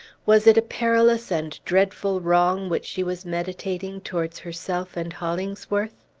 was it a perilous and dreadful wrong which she was meditating towards herself and hollingsworth?